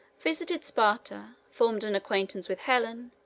visited sparta, formed an acquaintance with helen,